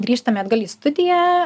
grįžtame atgal į studiją